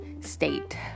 state